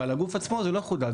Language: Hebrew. ב-על הגוף עצמו זה לא חודד,